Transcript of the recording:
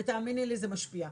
ותאמיני לי זה משפיע,